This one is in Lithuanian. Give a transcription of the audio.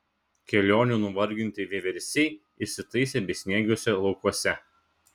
kelionių nuvarginti vieversiai įsitaisė besniegiuose laukuose